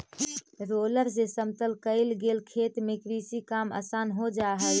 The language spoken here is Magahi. रोलर से समतल कईल गेल खेत में कृषि काम आसान हो जा हई